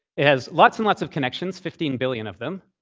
it has lots and lots of connections, fifteen billion of them.